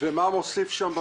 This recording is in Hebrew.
ומה הוא מוסיף שם במסמך?